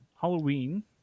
Halloween